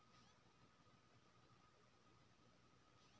गेहूं कटाई वाला मसीन के मार्केट भाव की छै?